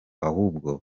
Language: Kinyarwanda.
ahubwo